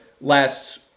lasts